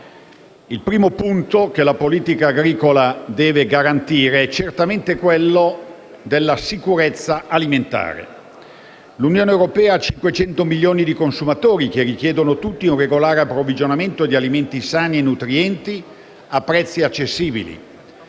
Il primo punto che la politica agricola deve garantire è certamente quello della sicurezza alimentare. L'Unione europea ha 500 milioni di consumatori che richiedono tutti un regolare approvvigionamento di alimenti sani e nutrienti a prezzi accessibili.